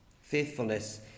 Faithfulness